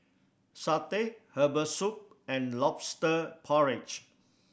satay herbal soup and Lobster Porridge